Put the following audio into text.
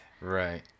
Right